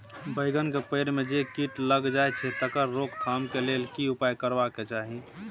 बैंगन के पेड़ म जे कीट लग जाय छै तकर रोक थाम के लेल की उपाय करबा के चाही?